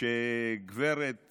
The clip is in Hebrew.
גברת